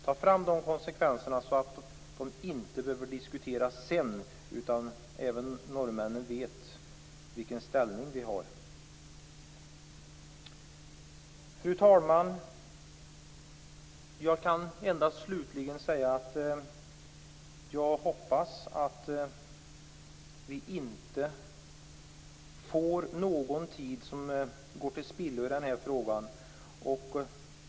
Ta fram de konsekvenserna innan beslutet fattas, så att de inte behöver diskuteras sedan. Även norrmännen skall veta vilken ställning vi intar. Fru talman! Jag kan slutligen säga att jag hoppas att ingen tid går till spillo i denna fråga.